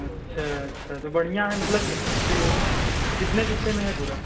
अच्छा अच्छा तो बढ़िया है मतलब कि कितने बिस्से में है पूरा